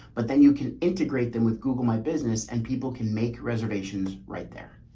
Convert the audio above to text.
but then you can integrate them with google my business and people can make reservations right there.